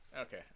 Okay